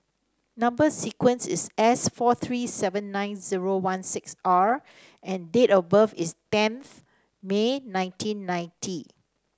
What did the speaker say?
number sequence is S four three seven nine zero one six R and date of birth is tenth May nineteen ninety